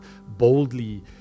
boldly